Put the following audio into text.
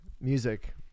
music